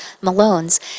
Malone's